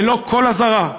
ללא כל אזהרה,